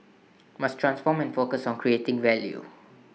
must transform and focus on creating value